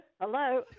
Hello